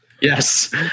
Yes